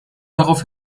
darauf